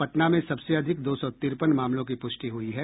पटना में सबसे अधिक दो सौ तिरपन मामलों की पुष्टि हुई है